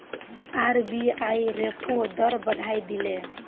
RBI repo दर बढ़ाए दिले